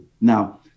now